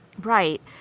Right